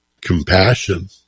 compassion